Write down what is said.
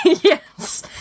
Yes